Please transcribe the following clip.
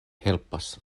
helpas